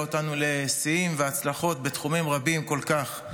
אותנו לשיאים והצלחות בתחומים רבים כל כך,